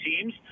teams